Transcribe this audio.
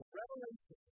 revelation